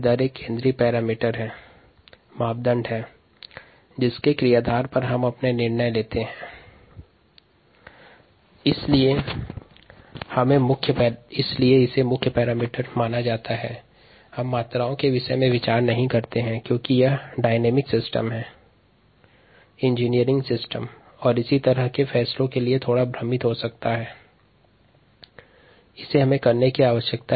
दर एक केन्द्रीय कारक है जिसके आधार पर निर्णय लेते हैं जबकि मात्रा उतना महत्वपूर्ण कारक नहीं हैं क्योंकि यह गतिशील अभियान्त्रिक तंत्र के अंतर्गत गणनाओं में भ्रम उत्पन्न करता है